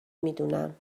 میدونم